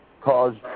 cause